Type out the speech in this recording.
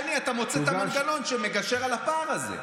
וביד השנייה אתה מוצא את המנגנון שמגשר על הפער הזה.